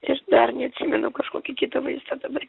ir dar neatsimenu kažkokį kitą vaistą dabar